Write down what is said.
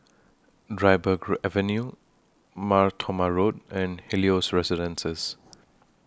Dryburgh Avenue Mar Thoma Road and Helios Residences